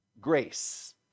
grace